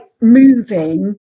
moving